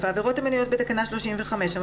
תקנה 35 אושרה.